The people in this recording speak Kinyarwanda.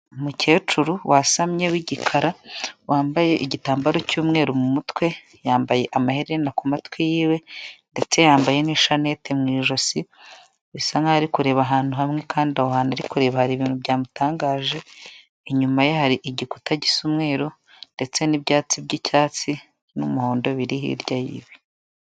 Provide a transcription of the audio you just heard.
Umukecuru wasamye w'igikara wambaye igitambaro cy'umweru mu mutwe yambaye amaherena ku matwi yiwe ndetse yambaye n'ishanete mu ijosi bisa nkaho ari kureba ahantu hamwe kandi aho arikureba hari ibintu byamutangaje, inyuma ye hari igikuta gisa umweru ndetse n'ibyatsi by'icyatsi n'umuhondo biri hirya y'ibi.